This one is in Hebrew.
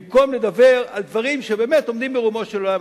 במקום לדבר על דברים שבאמת עומדים ברומו של עולם,